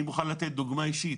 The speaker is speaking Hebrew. אני מוכן לתת דוגמה אישית.